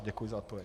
Děkuji za odpověď.